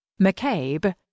McCabe